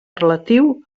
relatiu